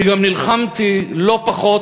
אני גם נלחמתי לא פחות,